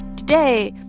today,